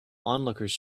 onlookers